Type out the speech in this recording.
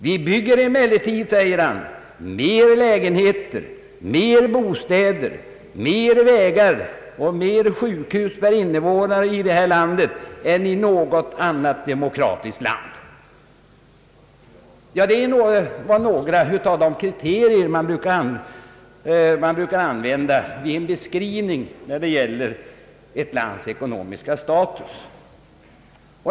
Vi bygger emellertid, säger han, mer lägenheter, mer bostäder, mer vägar och mer sjukhus per invånare i detta land än i något annat demokratiskt land. Detta var några kriterier man brukar använda vid en beskrivning av ett lands ekonomiska status.